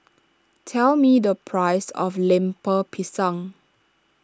tell me the price of Lemper Pisang